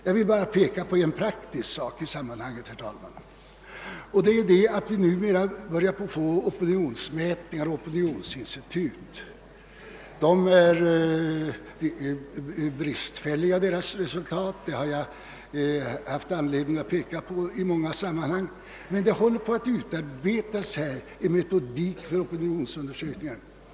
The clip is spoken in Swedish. Jag vill bara peka på en praktisk sak i sammanhanget, nämligen att vi börjar få opinionsmätningar genom opinionsinstitut. Resultaten är bristfälliga — det har jag haft anledning att påpeka i många sammanhang. En bättre metodik för opinionsundersökningar är under utveckling.